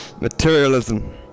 Materialism